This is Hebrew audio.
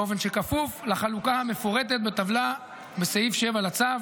באופן שכפוף לחלוקה המפורטת בטבלה בסעיף 7 לצו.